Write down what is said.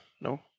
No